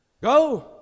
Go